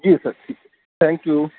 جی sir ٹھیک ہے thank you